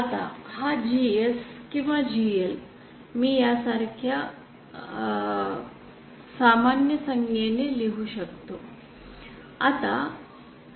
आता हा GS किंवा GL मी यासारख्या सामान्य संज्ञेने लिहू शकतो